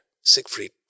Siegfried